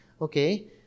Okay